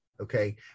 Okay